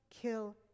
kill